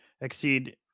exceed